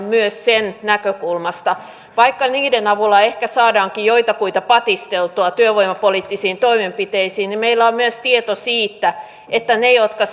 myös sen näkökulmasta vaikka niiden avulla ehkä saadaankin joitakuita patisteltua työvoimapoliittisiin toimenpiteisiin niin meillä on myös tieto siitä että ne jotka